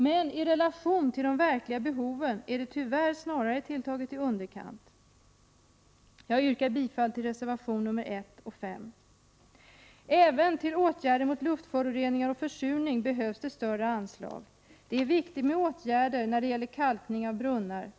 Men i relation till de verkliga behoven är det tyvärr snarare tilltaget i underkant. Jag yrkar bifall till reservationerna 1 och 5. Även till åtgärder mot luftföroreningar och försurning behövs det större anslag. Det är viktigt med sådana åtgärder som kalkning av brunnar.